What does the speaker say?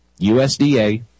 USDA